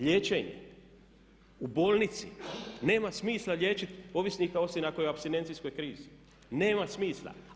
Liječenje u bolnici, nema smisla liječiti ovisnika osim ako je u apstinencijskoj krizi, nema smisla.